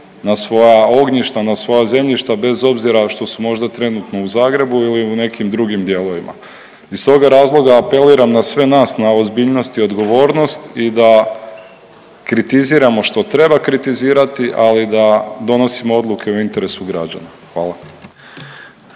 na svoja ognjišta, na svoja zemljišta, bez obzira što su možda trenutno u Zagrebu ili u nekim drugim dijelima. Iz toga razloga apeliram na sve nas na ozbiljnost i odgovornost i da kritiziramo što treba kritizirati, ali da donosimo odluke u interesu građana. Hvala.